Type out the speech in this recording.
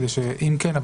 כדי שאם כן,